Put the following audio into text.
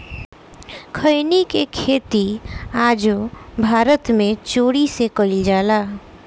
खईनी के खेती आजो भारत मे चोरी से कईल जाला